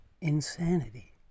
insanity